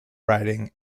writing